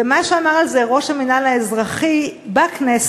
ומה שאמר על זה ראש המינהל האזרחי בכנסת